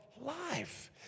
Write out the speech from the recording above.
life